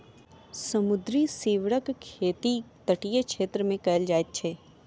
समुद्री सीवरक खेती तटीय क्षेत्र मे कयल जाइत अछि